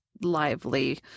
lively